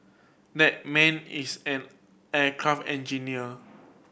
that man is an aircraft engineer